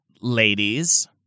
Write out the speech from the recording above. ladies